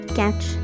catch